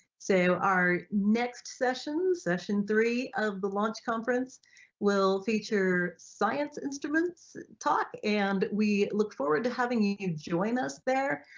so our next session, session three of the launch conference will feature science instruments talk and we look forward to having you join us there.